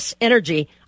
Energy